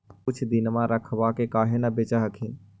कुछ दिनमा रखबा के काहे न बेच हखिन?